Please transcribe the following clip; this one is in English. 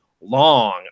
long